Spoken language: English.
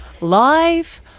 live